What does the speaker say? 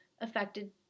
affected